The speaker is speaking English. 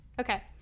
okay